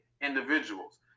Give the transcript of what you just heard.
individuals